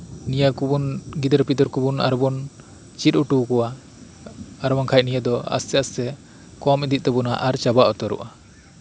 ᱱᱤᱭᱟᱹ ᱠᱩᱵᱩᱱ ᱜᱤᱫᱟᱹᱨ ᱯᱤᱫᱟᱹᱨ ᱠᱩᱵᱩᱱ ᱟᱨᱚᱵᱩᱱ ᱪᱤᱫ ᱩᱴᱩᱣᱟᱠᱩᱣᱟ ᱟᱨ ᱵᱟᱝᱠᱷᱟᱡ ᱱᱤᱭᱟᱹ ᱫᱚ ᱵᱟᱹᱭ ᱵᱟᱹᱭᱛᱮ ᱠᱚᱢ ᱤᱫᱤᱜ ᱛᱟᱵᱩᱱᱟ ᱟᱨ ᱪᱟᱵᱟ ᱩᱛᱟᱹᱨᱚᱜ ᱟ